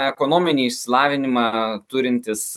ekonominį išsilavinimą turintys